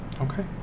Okay